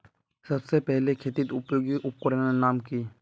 सबसे पहले खेतीत उपयोगी उपकरनेर नाम की?